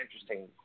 interesting